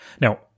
Now